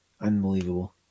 Unbelievable